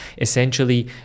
essentially